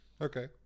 Okay